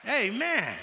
Amen